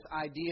idea